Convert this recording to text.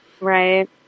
Right